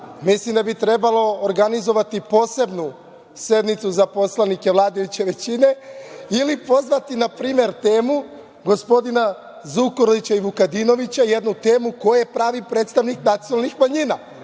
mislim da bi trebalo organizovati posebnu sednicu za poslanike vladajuće većine ili pozvati na primer temu, gospodina Zukorlića i gospodina Vukadinovića, ko je pravi predstavnik nacionalnih manjina.